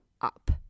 up